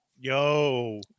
Yo